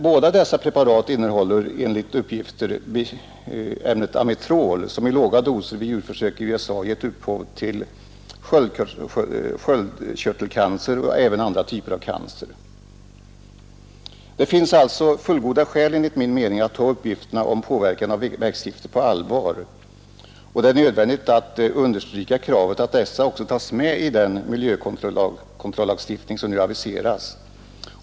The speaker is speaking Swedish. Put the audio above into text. Båda dessa preparat innehåller emellertid enligt uppgift ämnet amitrol, som i låga doser vid djurförsök i USA givit upphov till sköldkörtelcancer och även andra typer av cancer. Det finns alltså fullgoda skäl att ta uppgifterna om påverkan av växtgifter på allvar. Det är nödvändigt att understryka kravet att dessa också tas med i den miljökontrollagstiftning som nu aviseras.